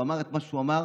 כשהוא אמר את מה שהוא אמר,